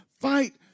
fight